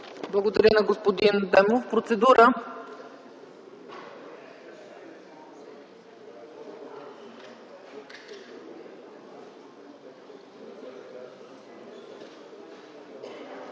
Благодаря, господин Адемов. Процедура.